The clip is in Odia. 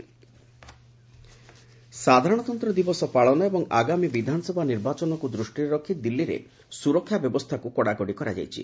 ଦିଲ୍ଲୀ ସିକ୍ୟୁରିଟି ସାଧାରଣତନ୍ତ୍ର ଦିବସ ପାଳନ ଏବଂ ଆଗାମୀ ବିଧାନସଭା ନିର୍ବାଚନକୁ ଦୂଷ୍ଟିରେ ରଖି ଦିଲ୍ଲୀରେ ସୁରକ୍ଷା ବ୍ୟବସ୍ଥାକୁ କଡ଼ାକଡ଼ି କରାଯାଇଛି